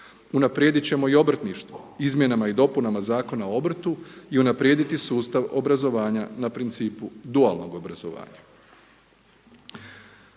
Unaprijediti ćemo i obrtništvo izmjenama i dopunama Zakona o obrtu i unaprijediti sustav obrazovanja na principu dualnog obrazovanja.